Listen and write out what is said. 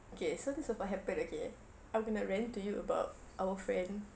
okay so was what happened okay I'm going to rant to you about our friend